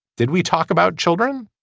did we talk about children.